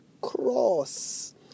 cross